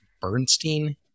Bernstein